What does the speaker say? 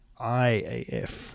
IAF